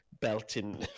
belting